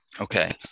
Okay